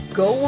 go